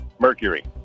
Mercury